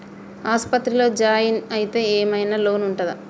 ఆస్పత్రి లో జాయిన్ అయితే ఏం ఐనా లోన్ ఉంటదా?